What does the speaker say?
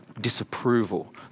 disapproval